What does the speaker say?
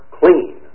clean